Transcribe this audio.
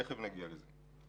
תיכף נגיע לזה.